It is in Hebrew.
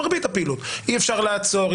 מרבית הפעילות אי אפשר לעצור,